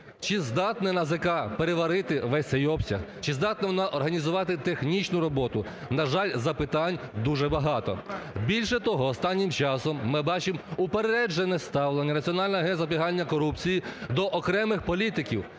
Чи здатне НАЗК переварити весь цей обсяг, чи здатне воно організувати технічну роботу? На жаль, запитань дуже багато. Більше того, останнім часом ми бачимо упереджене ставлення Національного агентства запобігання корупції до окремих політиків,